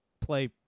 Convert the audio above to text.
play